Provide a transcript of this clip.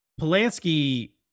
Polanski